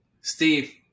Steve